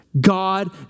God